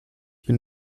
bin